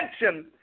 attention